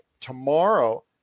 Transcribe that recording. tomorrow